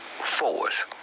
force